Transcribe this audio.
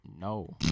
No